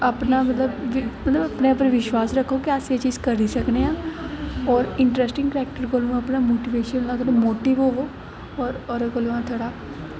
अपनां मतलब अपने पर विश्वास रक्खो कि एह् चीज करी सकने आं और इंटरस्टिंग क्रैकटर बनो मोटिवेशन मोटिव ओ और ओह्दे कोला दा थोह्ड़ा